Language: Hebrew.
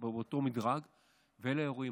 אלה האירועים.